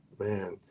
man